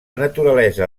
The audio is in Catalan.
naturalesa